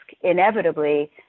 inevitably